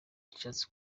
bishatse